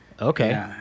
Okay